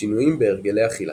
שינויים בהרגלי אכילה.